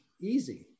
easy